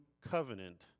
covenant